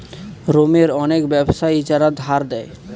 রোমের অনেক ব্যাবসায়ী যারা ধার দেয়